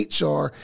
HR